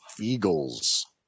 Eagles